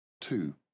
Two